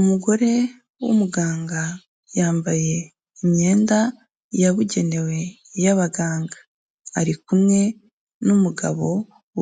Umugore w'umuganga yambaye imyenda yabugenewe y'abaganga, ari kumwe n'umugabo